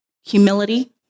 humility